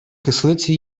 кислиці